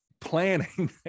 Planning